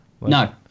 No